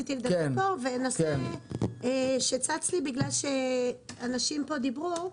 נושא שצץ לי בגלל שאנשים פה דיברו,